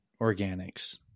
organics